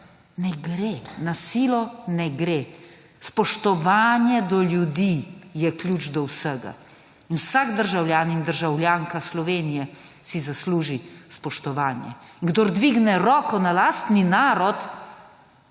ne gre, na silo ne gre. Spoštovanje do ljudi je ključ do vsega. In vsak državljan in državljanka Slovenije si zasluži spoštovanje. Kdor dvigne roko na lastni narod